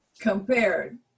compared